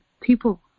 people